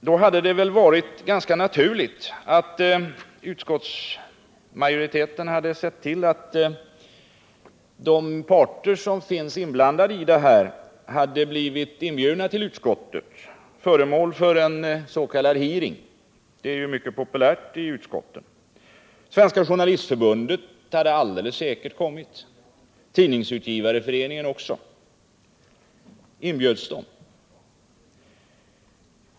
Då hade det väl varit ganska naturligt att utskottsmajoriteten hade sett till att de parter som är berörda hade blivit inbjudna till utskottet och föremål för en s.k. hearing — det är ju mycket populärt med hearings i utskotten. Svenska Journalistförbundet hade alldeles säkert kommit, och Tidningsutgivareföreningen också. Inbjöds de?